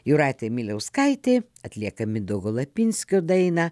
jūratė miliauskaitė atliekami doholapinskio dainą